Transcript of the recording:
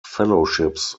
fellowships